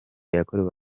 yakorewe